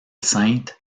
sainte